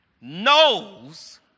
knows